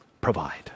provide